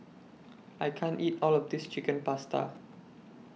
I can't eat All of This Chicken Pasta